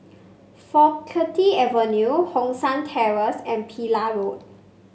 Faculty Avenue Hong San Terrace and Pillai Road